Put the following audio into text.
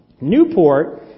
Newport